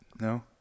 No